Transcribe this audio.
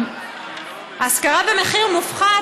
השכרה במחיר מופחת,